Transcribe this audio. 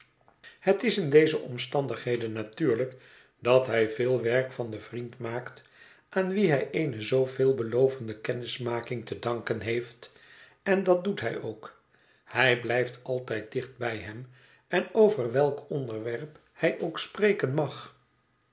het is in deze omstandigheden natuurlijk dat hij veel werk van den vriend maakt aan wien hij eene zoo veelbelovende kennismaking te danken heeft en dat doet hij ook hij blijft altijd dicht bij hem en over welk onderwerp hij ook spreken mag